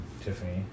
Tiffany